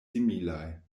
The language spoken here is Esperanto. similaj